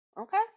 Okay